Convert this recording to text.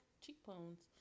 cheekbones